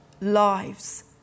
lives